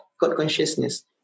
God-consciousness